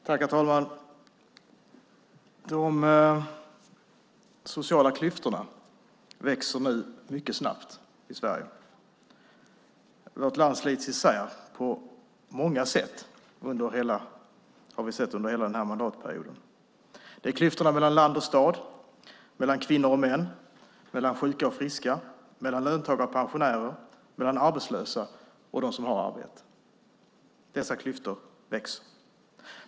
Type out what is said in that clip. Herr talman! De sociala klyftorna växer mycket snabbt i Sverige. Vårt land slits isär på många sätt. Det har vi sett under hela denna mandatperiod. Det är klyftor mellan land och stad, mellan kvinnor och män, mellan sjuka och friska, mellan löntagare och pensionärer, mellan arbetslösa och dem som har arbete. Dessa klyftor växer.